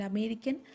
American